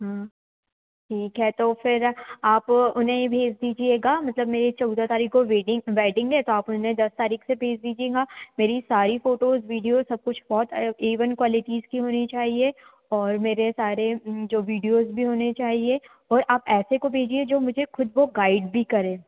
हाँ ठीक है तो फिर आप उन्हें ही भेज दीजिएगा मतलब मेरी चौदह तारीख को वेडिंग वैडिंग है तो आप उन्हें दस तारीख से भेज दीजिएगा मेरी सारी फ़ोटोज़ वीडियो सब कुछ बहुत ए वन क्वालिटीज़ की होनी चाहिए और मेरे सारे जो वीडियोज़ भी होने चाहिए और आप ऐसे को भेजिए जो मुझे खुद वो गाइड भी करे